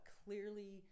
clearly